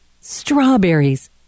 Strawberries